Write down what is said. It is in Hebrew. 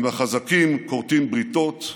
עם החזקים כורתים בריתות,